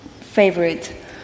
favorite